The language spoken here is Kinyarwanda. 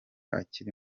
akiri